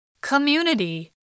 Community